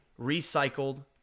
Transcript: recycled